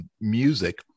music